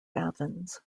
athens